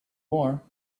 war